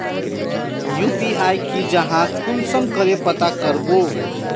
UPI की जाहा कुंसम करे पता करबो?